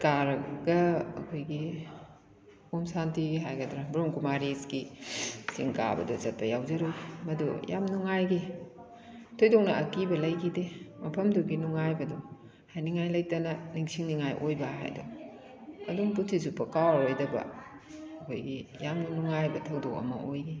ꯀꯥꯔꯒ ꯑꯩꯈꯣꯏꯒꯤ ꯑꯣꯝ ꯁꯥꯟꯇꯤꯒꯤ ꯍꯥꯏꯒꯗ꯭ꯔꯥ ꯕ꯭ꯔꯝꯍꯥ ꯀꯨꯃꯥꯔꯤꯁꯀꯤ ꯆꯤꯡ ꯀꯥꯕꯗꯨ ꯆꯠꯄ ꯌꯥꯎꯖꯔꯨꯏ ꯃꯗꯨ ꯌꯥꯝ ꯅꯨꯡꯉꯥꯏꯈꯤ ꯊꯣꯏꯗꯣꯛꯅ ꯑꯀꯤꯕ ꯂꯩꯈꯤꯗꯦ ꯃꯐꯝꯗꯨꯒꯤ ꯅꯨꯡꯉꯥꯏꯕꯗꯣ ꯍꯥꯏꯅꯤꯡꯉꯥꯏ ꯂꯩꯇꯅ ꯅꯤꯡꯁꯤꯡ ꯅꯤꯉꯥꯏ ꯑꯣꯕ ꯍꯥꯏꯗꯣ ꯑꯗꯨꯝ ꯄꯨꯟꯁꯤ ꯆꯨꯞꯄ ꯀꯥꯎꯔꯔꯣꯏꯗꯕ ꯑꯩꯈꯣꯏꯒꯤ ꯌꯥꯝꯅ ꯅꯨꯡꯉꯥꯏꯕ ꯊꯧꯗꯣꯛ ꯑꯃ ꯑꯣꯏꯈꯤ